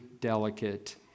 delicate